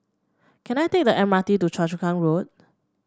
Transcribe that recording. can I take the M R T to Choa Chu Kang Road